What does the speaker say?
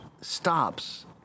stops